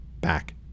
back